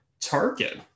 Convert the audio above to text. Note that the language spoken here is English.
target